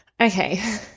Okay